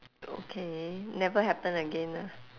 okay never happen again ah